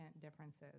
differences